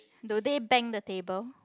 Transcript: do they bang the table